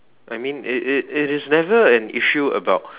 I mean it it it it is never an issue about